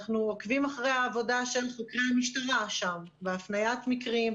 אנחנו עוקבים אחרי העבודה של חוקרי המשטרה שם בהפניית מקרים,